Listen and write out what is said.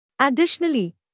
Additionally